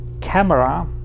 camera